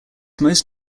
most